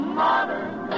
modern